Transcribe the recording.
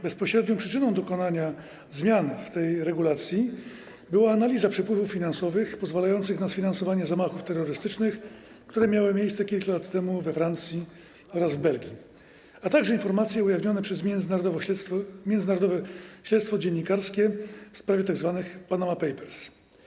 Bezpośrednią przyczyną dokonania zmian w tej regulacji była analiza przepływów finansowych pozwalających na sfinansowanie zamachów terrorystycznych, które miały miejsce kilka lat temu we Francji oraz w Belgii, a także informacje ujawnione przez międzynarodowe śledztwo dziennikarskie w sprawie tzw. Panama Papers.